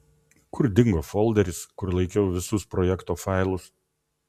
kur dingo folderis kur laikiau visus projekto failus